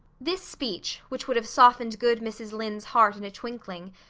this speech which would have softened good mrs. lynde's heart in a twinkling,